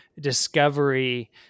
discovery